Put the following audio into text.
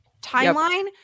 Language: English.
timeline